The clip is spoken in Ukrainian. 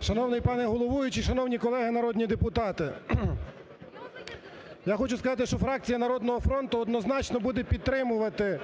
Шановний пане головуючий, шановні колеги народні депутати! Я хочу сказати, що фракція "Народного фронту" однозначно буде підтримувати